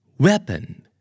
Weapon